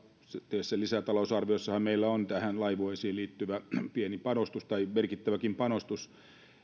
tässä lisätalousarviossahan meillä on laivueisiin liittyvä pieni panostus tai merkittäväkin panostus